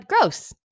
Gross